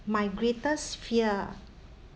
my greatest fear